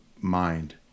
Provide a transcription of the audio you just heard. mind